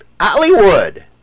Hollywood